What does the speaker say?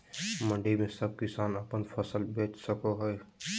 मंडी में सब किसान अपन फसल बेच सको है?